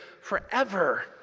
forever